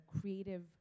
creative